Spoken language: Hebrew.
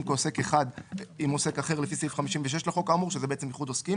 כעוסק אחד עם עוסק אחר לפי סעיף 56 לחוק האמור" שזה בעצם איחוד עוסקים